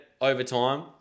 overtime